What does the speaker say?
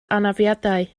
anafiadau